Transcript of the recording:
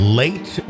late